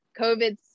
COVID